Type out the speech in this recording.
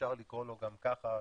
שאפשר לקרוא לו גם ככה,